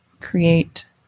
create